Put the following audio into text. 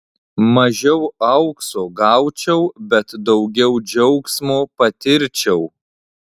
mažiau aukso gaučiau bet daugiau džiaugsmo patirčiau